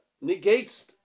Negates